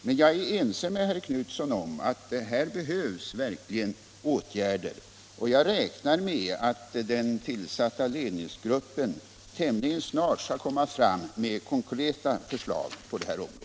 Men jag är ense med herr Knutson om att här verkligen behövs åtgärder, och jag räknar med att den tillsatta ledningsgruppen tämligen snart skall lägga fram konkreta förslag på detta område.